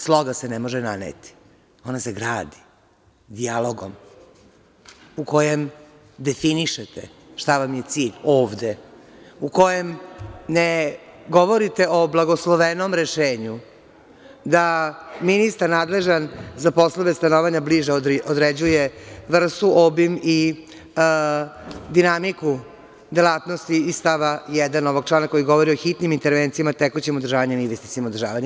Sloga se ne može naneti, ona se gradi, dijalogom u kojem definišete šta vam je cilj ovde, u kojem ne govorite o blagoslovenom rešenju da ministar nadležan za poslove stanovanja bliže određuje vrstu, obim i dinamiku delatnosti iz stava 1. ovog člana, koji govori o hitnim intervencijama i tekućem održavanju i investicionom održavanju.